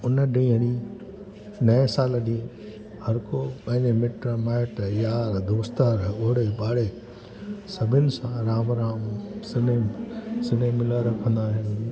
हुन ॾींहुं नए साल ॾींहुं हर को पंहिंजे मिट माइट यार दोस्त ओड़े पाड़े सभिनी सां राम राम सिले सिने मिला रखंदा आहियूं